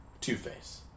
Two-Face